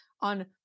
on